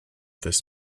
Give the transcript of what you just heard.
this